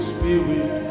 Spirit